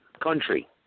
country